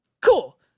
cool